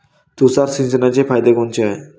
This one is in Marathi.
तुषार सिंचनाचे फायदे कोनचे हाये?